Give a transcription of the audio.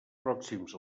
pròxims